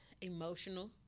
Emotional